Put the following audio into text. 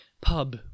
pub